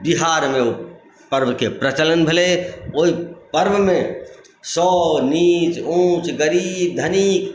बिहारमे पर्वके प्रचलन भेलै ओहि पर्वमे सभ नीच ऊँच गरीब धनीक